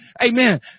Amen